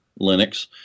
Linux